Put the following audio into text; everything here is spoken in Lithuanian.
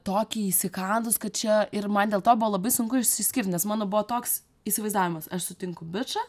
tokį įsikandus kad čia ir man dėl to buvo labai sunku išsiskirt nes mano buvo toks įsivaizdavimas aš sutinku bičą